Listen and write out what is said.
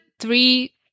three